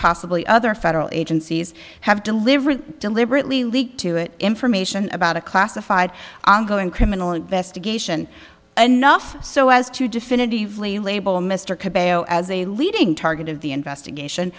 possibly other federal agencies have delivered deliberately leaked to it information about a classified ongoing criminal investigation enough so as to definitively label mr cabello as a leading target of the investigation